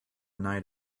night